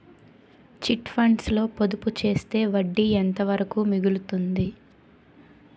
Chit funds లో పొదుపు చేస్తే వడ్డీ ఎంత వరకు మిగులుతుంది?